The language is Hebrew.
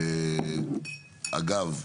אגב,